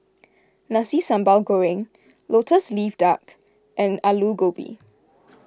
Nasi Sambal Goreng Lotus Leaf Duck and Aloo Gobi